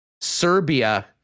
Serbia